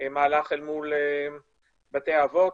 מהלך אל מול בתי האבות